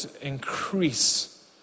increase